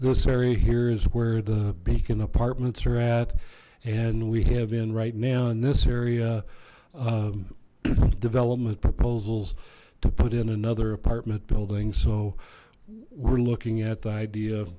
this area here is where the beacon apartments are at and we have in right now in this area development proposals to put in another apartment building so we're looking at the idea